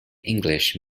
english